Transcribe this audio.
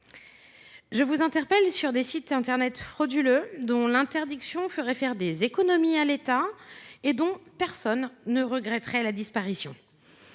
Ma question porte sur les sites internet frauduleux, dont l’interdiction ferait faire des économies à l’État, et dont personne ne regretterait la disparition.